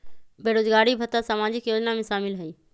बेरोजगारी भत्ता सामाजिक योजना में शामिल ह ई?